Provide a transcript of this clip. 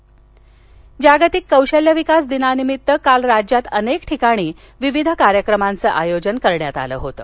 अमरावती जागतिक कौशल्य विकास दिनानिमित्त काल राज्यात अनेक ठिकाणी विविध कार्यक्रमांचं आयोजन करण्यात आलं होतं